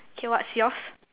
K what's yours